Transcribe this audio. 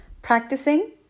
Practicing